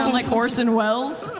like orson welles?